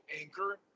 anchor